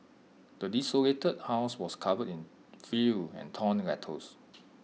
the desolated house was covered in filth and torn letters